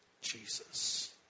Jesus